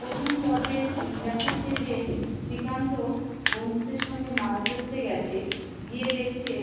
প্রথম পর্বের দেখাচ্ছে যে শ্রীকান্ত বন্ধুদের সঙ্গে মাছ ধোত্তে গেছে গিয়ে দেখছে